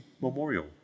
Memorial